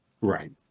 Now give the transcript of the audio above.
Right